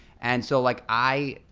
and so like i,